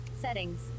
Settings